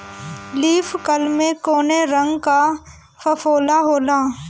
Leaf curl में कौने रंग का फफोला होला?